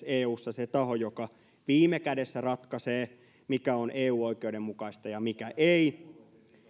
eussa edes se taho joka viime kädessä ratkaisee mikä on eu oikeuden mukaista ja mikä ei